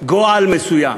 גועל מסוים.